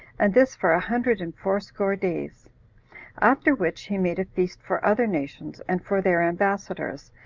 and this for a hundred and fourscore days after which he made a feast for other nations, and for their ambassadors,